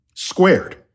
Squared